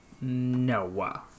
Noah